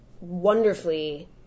wonderfully